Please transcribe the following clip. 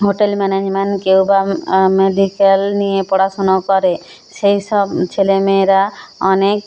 hotel management কেউ বা medical নিয়ে পড়াশুনো করে সেই সব ছেলে মেয়েরা অনেক